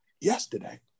yesterday